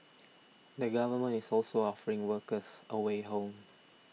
the government is also offering workers a way home